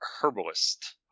Herbalist